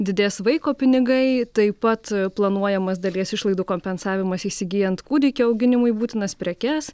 didės vaiko pinigai taip pat planuojamas dalies išlaidų kompensavimas įsigyjant kūdikio auginimui būtinas prekes